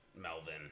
Melvin